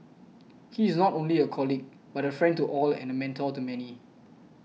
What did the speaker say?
he is not only a colleague but a friend to all and a mentor to many